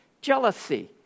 jealousy